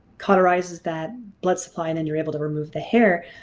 cauterizes that blood supply and then you're able to remove the hair.